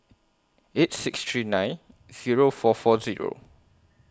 eight six three nine Zero four four Zero